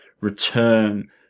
return